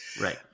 Right